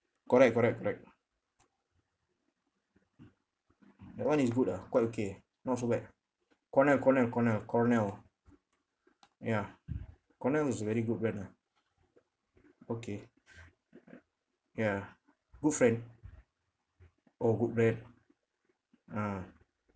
correct correct correct that one is good ah quite okay not so bad Cornell Cornell Cornell Cornell ya Cornell is a very good brand ah okay ya good friend ah good brand ah